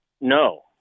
No